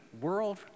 world